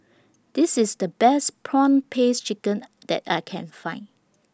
This IS The Best Prawn Paste Chicken that I Can Find